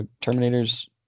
Terminator's